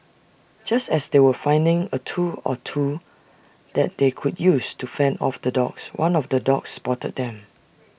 just as they were finding A tool or two that they could use to fend off the dogs one of the dogs spotted them